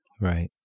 Right